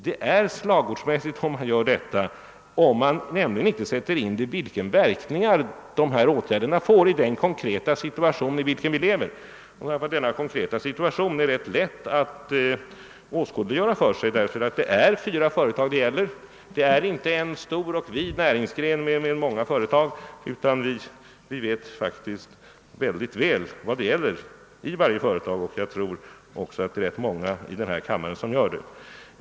Det är slagordsmässigt att göra detta, om man inte sätter in verkningarna av åtgärderna i den konkreta situation som föreligger. Denna konkreta situation är lätt att åskådliggöra. Det är fyra företag det gäller — inte en stor och vid näringsgren med många företag, och vi vet faktiskt mycket om vart och ett av dessa. Jag tror att också många ledamöter i denna kammare gör det.